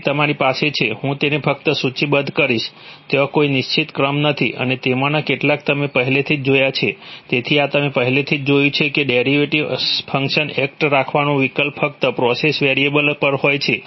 તેથી તમારી પાસે છે હું તેમને ફક્ત સૂચિબદ્ધ કરીશ ત્યાં કોઈ નિશ્ચિત ક્રમ નથી અને તેમાંના કેટલાક તમે પહેલેથી જ જોયા છે તેથી આ તમે પહેલેથી જ જોયું છે કે ડેરિવેટિવ ફંક્શન એક્ટ રાખવાનો વિકલ્પ ફક્ત પ્રોસેસ વેરિયેબલ પર જ હોય છે